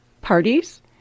parties